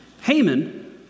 Haman